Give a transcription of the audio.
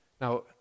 Now